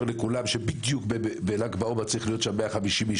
לכולם שבדיוק בל"ג בעומר צריכים להיות שם 150 אנשים,